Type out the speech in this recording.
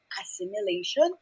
assimilation